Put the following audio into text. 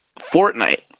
Fortnite